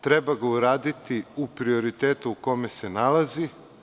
Treba ga uraditi u prioritetu u kome se nalazi.